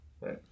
right